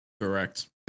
correct